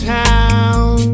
town